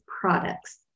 products